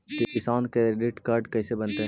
किसान credit card कैसे बनतै?